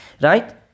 right